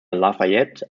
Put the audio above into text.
lafayette